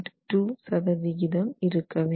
2 சதவிகிதம் இருக்க வேண்டும்